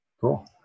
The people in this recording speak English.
cool